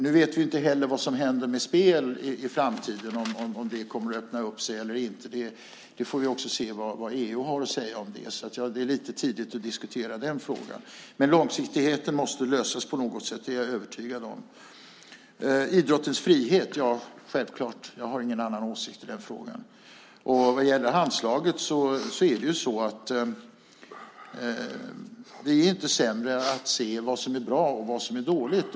Nu vet vi inte heller vad som händer med spelet i framtiden, om det kommer att öppna upp sig eller inte. Vi får också se vad EU har att säga om det, så det är lite tidigt att diskutera den frågan. Men det här med långsiktigheten måste lösas på något sätt. Det är jag övertygad om. Sedan gällde det idrottens frihet. Ja, det är självklart. Jag har ingen annan åsikt i den frågan. Och vad gäller Handslaget är vi inte sämre än att vi kan se vad som är bra och vad som är dåligt.